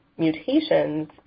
mutations